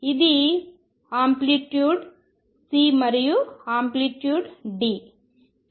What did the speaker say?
ఇది amplitude C మరియు amplitude D